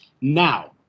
Now